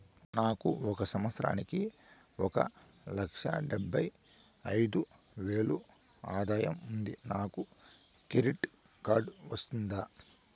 నాకు ఒక సంవత్సరానికి ఒక లక్ష డెబ్బై అయిదు వేలు ఆదాయం ఉంది నాకు క్రెడిట్ కార్డు వస్తుందా?